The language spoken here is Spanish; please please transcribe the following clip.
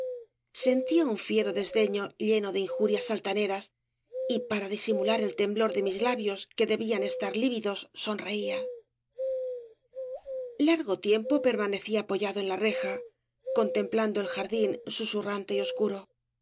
sentía un fiero desdeño lleno de injurias altaneras y para disimular el temblor de mis labios que debían estar lívidos sonreía larobras de valle inclan go tiempo permanecí apoyado en la reja contemplando el jardín susurrante y oscuro